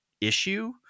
issue